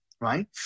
right